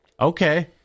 Okay